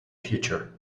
future